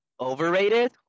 Overrated